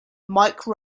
mike